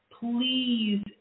please